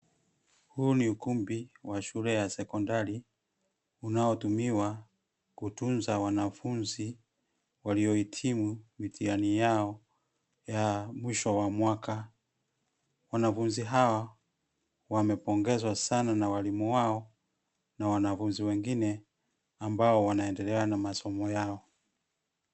Huu ni ukumbi, wa shule ya sekondari, unaotumiwa, kutuza wanafunzi, waliohitimu, mitihani yao, ya mwisho wa mwaka. Wanafunzi hao, wamepongezwa sana na walimu wao, na wanafunzi wengine, ambao wanaendelea na masomo yao.